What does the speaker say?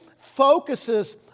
focuses